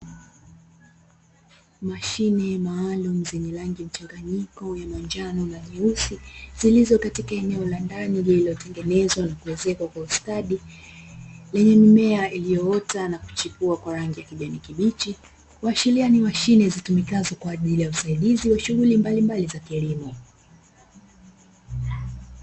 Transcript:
Mashine maalumu zenye rangi mchanganyiko ya manjano na nyeusi, zilizo katika eneo la ndani lililotengenezwa na kuwezekwa kwa ustadi, lenye mimea iliyoota na kuchipua kwa rangi ya kijani kibichi, kuashilia ni mashine zitumikazo kwa ajili ya usaidizi wa shughuli mbalimbali za kilimo.